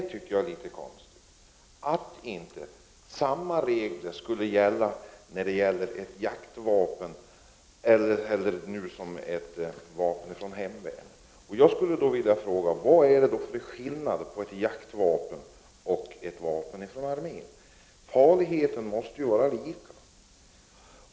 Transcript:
Jag anser det vara litet konstigt att inte samma regler skulle gälla i fråga om jaktvapen som i fråga om vapen från hemvärnet. Jag vill fråga försvarsministern vad det är för skillnad på ett jaktvapen och ett vapen från armén. Farligheten måste ju vara densamma.